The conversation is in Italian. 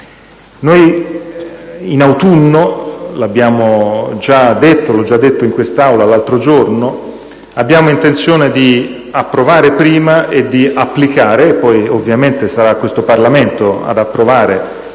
noi in autunno, come ho già detto in quest'Aula l'altro giorno, abbiamo intenzione di approvare, prima, e di applicare, poi (ovviamente sarà questo Parlamento ad approvare,